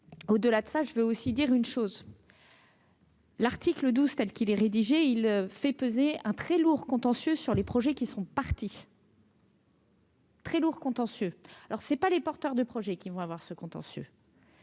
au-delà de ça, je veux aussi dire une chose. L'article 12 telle qu'il est rédigé, il fait peser un très lourd contentieux sur les projets qui sont partis. Très lourd contentieux alors c'est pas les porteurs de projets qui vont avoir ce contentieux,